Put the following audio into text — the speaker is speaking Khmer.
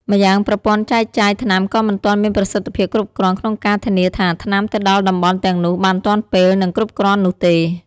ម្យ៉ាងប្រព័ន្ធចែកចាយថ្នាំក៏មិនទាន់មានប្រសិទ្ធភាពគ្រប់គ្រាន់ក្នុងការធានាថាថ្នាំទៅដល់តំបន់ទាំងនោះបានទាន់ពេល និងគ្រប់គ្រាន់នោះទេ។